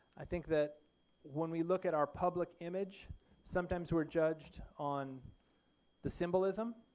i think that when we look at our public image sometimes we're judged on the symbolism